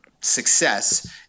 success